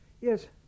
yes